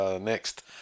Next